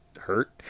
hurt